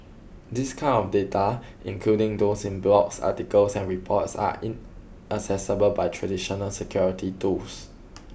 this kind of data including those in blogs articles and reports are inaccessible by traditional security tools